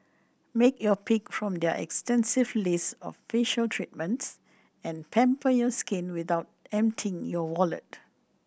make your pick from their extensive list of facial treatments and pamper your skin without emptying your wallet